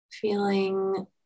feeling